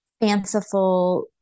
fanciful